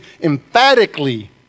emphatically